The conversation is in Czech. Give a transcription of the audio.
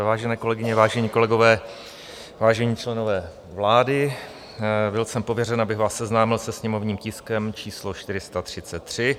Vážené kolegyně, vážení kolegové, vážení členové vlády, byl jsem pověřen, abych vás seznámil se sněmovním tiskem číslo 433.